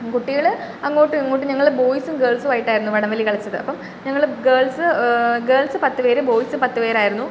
കുട്ടികൾ അങ്ങോട്ടും ഇങ്ങോട്ടും ഞങ്ങൾ ബോയ്സും ഗേൾസും ആയിട്ടായിരുന്നു വടം വലി കളിച്ചത് അപ്പം ഞങ്ങൾ ഗേൾസ് ഗേൾസ് പത്ത് പേര് ബോയ്സ് പത്ത് പേര് ആയിരുന്നു